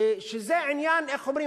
שזה עניין, איך אומרים?